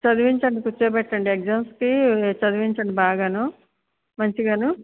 చదివించండి కూర్చొపెట్టండి ఎగ్జామ్స్కి చదివించండి బాగాను మంచిగాను